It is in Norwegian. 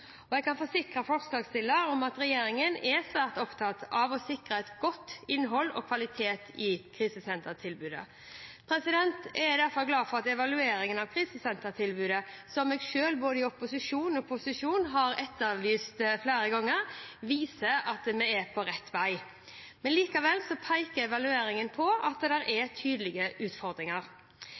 krise. Jeg kan forsikre forslagsstillerne om at regjeringen er svært opptatt av å sikre et godt innhold og god kvalitet i krisesentertilbudet. Jeg er derfor glad for at evalueringen av krisesentertilbudet, som jeg selv både i opposisjon og i posisjon flere ganger har etterlyst, viser at vi er på rett vei. Likevel peker evalueringen på at det er tydelige utfordringer.